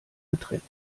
getrennt